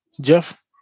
Jeff